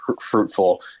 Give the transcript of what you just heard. fruitful